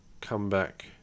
comeback